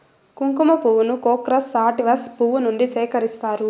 కుంకుమ పువ్వును crocus sativus పువ్వు నుండి సేకరిస్తారు